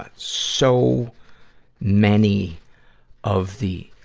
but so many of the,